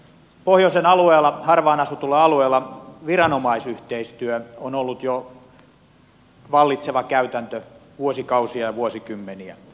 pohjoisen alueella harvaan asutulla alueella viranomaisyhteistyö on ollut vallitseva käytäntö jo vuosikausia ja vuosikymmeniä